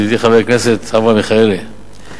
ידידי חבר הכנסת אברהם מיכאלי,